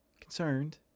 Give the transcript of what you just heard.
Concerned